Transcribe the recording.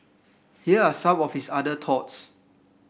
here are some of his other thoughts